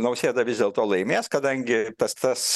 nausėda vis dėlto laimės kadangi tas tas